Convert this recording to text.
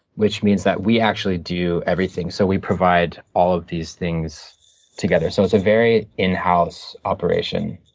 which means that we actually do everything so we provide all of these things together. so it's a very in-house operation.